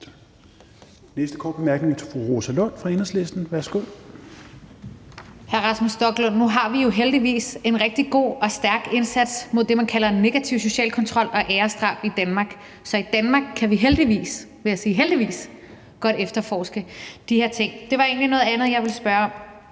næste korte bemærkning er til fru Rosa Lund fra Enhedslisten. Værsgo.